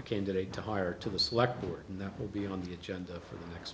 a candidate to hire to the select board and that will be on the agenda for the next